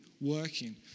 working